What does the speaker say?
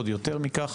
עוד יותר מכך